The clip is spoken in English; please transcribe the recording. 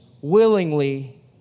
willingly